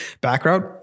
background